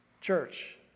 Church